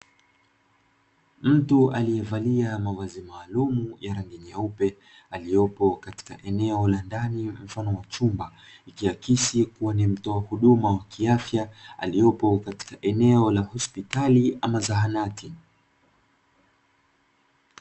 Mtu aliyevalia mavazi maalum aliopo katika eneo hili mfano wa chumba, akashiria kuwa ni mtoa huduma wa kiafya aliopo katika eneo la hospitali ama zahanati.